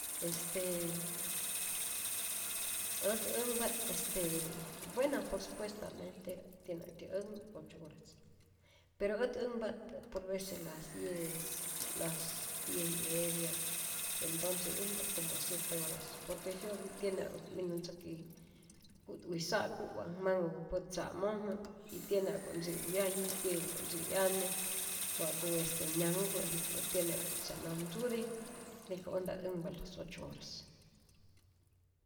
Estee ät änhpa't este bueno por supuestamente tiene wa'tyä anhu ocho horas, pero ät änhpa't por vece las diez las diez y media, entonce änhpa't como siete horas, por que jyo'pi'k tiene ja'ku't minu ntzäki ku'twisa'ku wa manhupä pät tza'mojmä y tiene ja'ku't ntzi wyaye, tiene wa' ntzi 'yane, wa'ku este nyanhupä' jiko', ät tiene wa'ku't sau namtzuti jiko äj nta't änhpa las ocho horas.